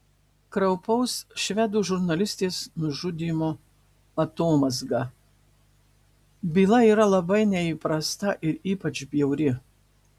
kraupaus švedų žurnalistės nužudymo atomazga byla yra labai neįprasta ir ypač bjauri